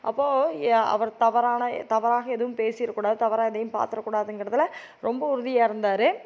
அப்போது அவர் தவறான தவறாக எதுவும் பேசிறக்கூடாது தவறாக எதையும் பார்த்துறக்கூடாதுங்கிறதுல ரொம்ப உறுதியாக இருந்தார்